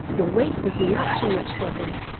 the weight was not too much for him.